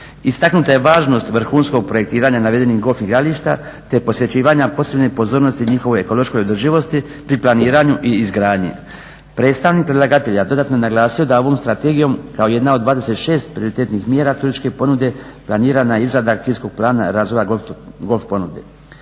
Istaknuta je važnost vrhunskog projektiranja navedenih golf igrališta te posvećivanja posebne pozornosti njihovoj ekološkoj održivosti pri planiranju i izgradnji. Predstavnik predlagatelja dodatno je naglasio da ovom strategijom kao jedna od 26 prioritetnih mjera turističke ponude planirana je izrada Akcijskog plana razvoja golf ponude.